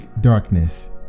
darkness